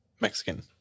Mexican